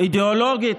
אידיאולוגית.